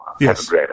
Yes